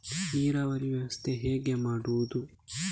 ನೀರಾವರಿ ವ್ಯವಸ್ಥೆ ಹೇಗೆ ಮಾಡುವುದು?